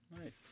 Nice